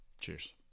Cheers